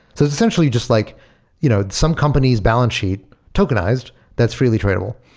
it's essentially just like you know some company's balance sheet tokenized that's freely tradable.